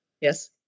Yes